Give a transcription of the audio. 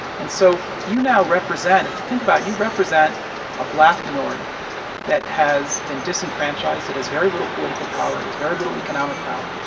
and so you now represent if you think about it, you represent a black minority that has been disenfranchised. it has very little political power. it has very little economic power.